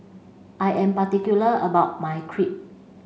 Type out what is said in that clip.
I am particular about my crepe